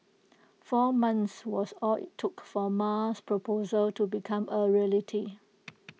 four months was all IT took for Ma's proposal to become A reality